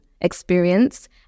experience